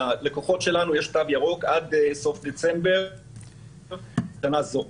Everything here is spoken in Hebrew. ללקוחות שלנו יש תו ירוק עד סוף ספטמבר שנה זו,